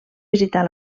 visitar